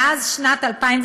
מאז שנת 2008,